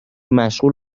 مشغول